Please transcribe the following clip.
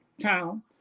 town